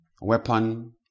weapon